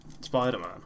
Spider-Man